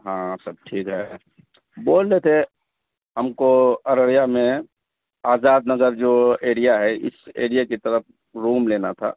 ہاں سب ٹھیک ہے بولنے تھے ہم کو ارریا میں آزاد نگر جو ایریا ہے اس ایرے کی طرف روم لینا تھا